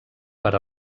per